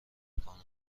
نمیکنم